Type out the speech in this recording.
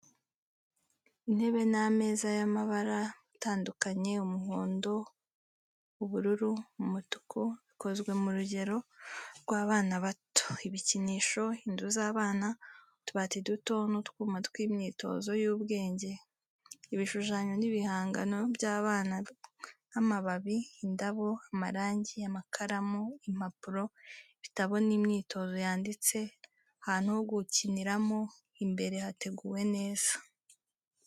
Intebe n'ameza y’amabara atandukanye: umuhondo, ubururu, umutuku bikozwe ku rugero rw’abana bato, ibikinisho, inzu z’abana, utubati duto n’utwuma tw’imyitozo y’ubwenge. Ibishushanyo n’ibihangano by’abana nk’amababi, indabo, amarangi, amakaramu, impapuro, ibitabo n’imyitozo yanditse, ahantu ho gukiniramo imbere hateguwe neza.